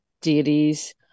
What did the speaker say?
deities